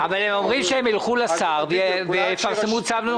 אבל הם אומרים שהם ילכו לשר ואולי יפרסמו צו נוסף.